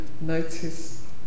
notice